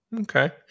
Okay